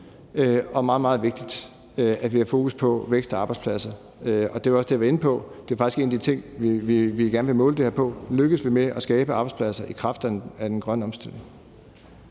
er meget, meget vigtigt, at vi har fokus på vækst og arbejdspladser. Det er jo også det, jeg har været inde på. Det er faktisk en af de ting, vi gerne vil måle det her på, nemlig om vi lykkes med at skabe arbejdspladser i kraft af den grønne omstilling.